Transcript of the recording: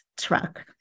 truck